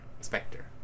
Spectre